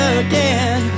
again